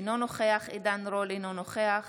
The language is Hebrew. אינו נוכח עידן רול, אינו נוכח